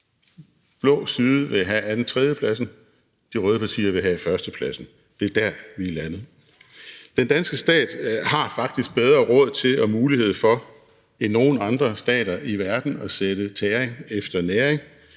Blå side vil have anden-/tredjepladsen, de røde partier vil have førstepladsen. Det er der, vi er landet. Den danske stat har faktisk bedre råd til og mulighed for end nogen andre stater i verden at sætte tæring efter næring.